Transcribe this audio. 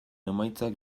emaitzak